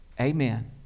Amen